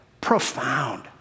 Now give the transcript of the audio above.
profound